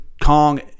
Kong